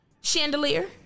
Chandelier